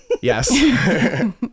Yes